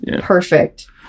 Perfect